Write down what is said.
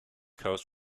coast